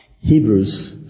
Hebrews